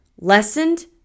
lessened